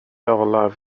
olaf